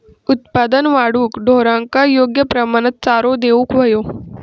उत्पादन वाढवूक ढोरांका योग्य प्रमाणात चारो देऊक व्हयो